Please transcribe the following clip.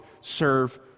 serve